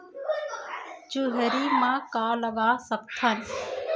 चुहरी म का लगा सकथन?